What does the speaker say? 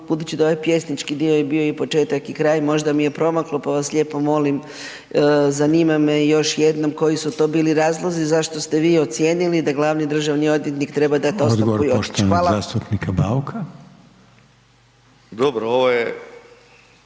budući da ovaj pjesnički dio je bio i početak i kraj, možda mi je promaklo, pa vas lijepo molim, zanima me još jednom, koji su to bili razlozi zašto ste vi ocijenili da glavni državni odvjetnik treba dati ostavku i otići.